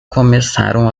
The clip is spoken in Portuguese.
começaram